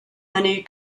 many